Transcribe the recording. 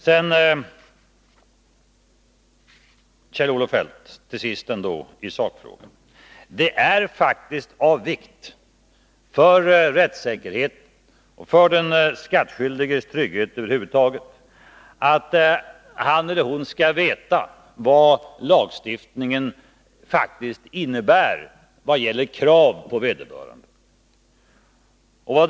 Sedan till sist, Kjell-Olof Feldt, några ord i sakfrågan. Det är faktiskt av vikt för rättssäkerheten och för den skattskyldiges trygghet över huvud taget att han eller hon vet vad lagstiftningen faktiskt ställer för krav på honom eller henne.